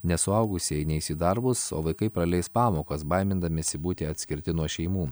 nes suaugusieji neis į darbus o vaikai praleis pamokas baimindamiesi būti atskirti nuo šeimų